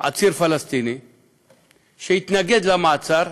עציר פלסטיני שהתנגד למעצר,